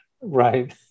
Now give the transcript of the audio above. Right